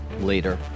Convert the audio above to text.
later